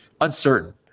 uncertain